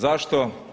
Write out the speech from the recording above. Zašto?